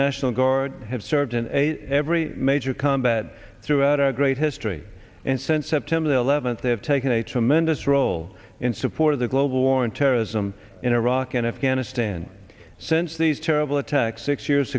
national guard have served in a every major combat throughout our great history and sent september eleventh they have taken a tremendous role in support of the global war on terrorism in iraq and afghanistan since these terrible attacks six years